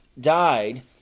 died